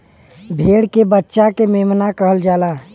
भेड़ के बच्चा के मेमना कहल जाला